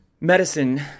medicine